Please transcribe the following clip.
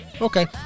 Okay